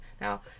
Now